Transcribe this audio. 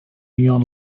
neon